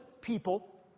people